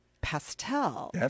Pastel